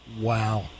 Wow